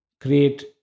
create